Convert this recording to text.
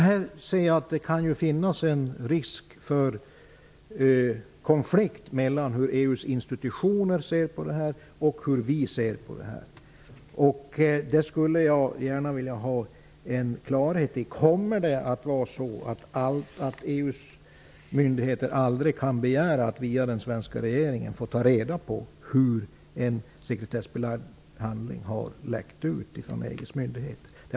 Jag ser att det kan finnas en risk för konflikt mellan hur EU:s institutioner ser på saken och hur vi ser på den. Detta skulle jag gärna vilja ha klarhet i. Kommer EU:s myndigheter att kunna begära att via den svenska regeringen ta reda på hur en sekretessbelagd handling har läckt ut från EU:s myndigheter?